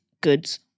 goods